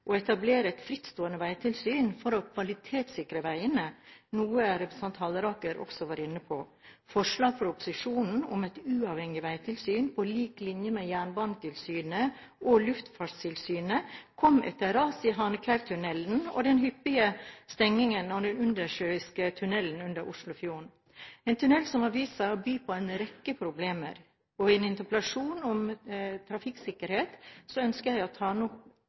å etablere et frittstående veitilsyn for å kvalitetssikre veiene, noe representanten Halleraker også var inne på. Forslaget fra opposisjonen om et uavhengig veitilsyn på lik linje med Jernbanetilsynet og Luftfartstilsynet kom etter raset i Hanekleivtunnelen og den hyppige stengingen av den undersjøiske tunnelen under Oslofjorden – en tunnel som har vist seg å by på en rekke problemer. I en interpellasjon om trafikksikkerhet ønsker jeg å ta